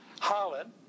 Holland